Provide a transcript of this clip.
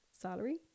salary